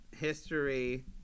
history